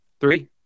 Three